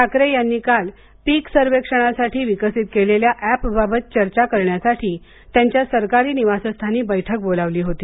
ठाकरे यांनी काल पीक सर्वेक्षणासाठी विकसीत केलेल्या अॅपबाबत चर्चा करण्यासाठी त्यांच्या सरकारी निवासस्थानी बैठक बोलावली होती